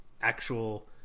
actual